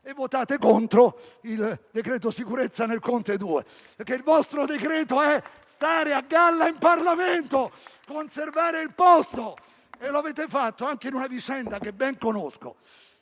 e votate contro il decreto sicurezza nel Conte-*bis*, perché il vostro decreto è stare a galla in Parlamento e conservare il posto. Lo avete fatto anche in una vicenda che ben conosco.